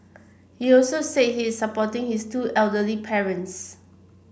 he also said he is supporting his two elderly parents